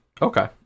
Okay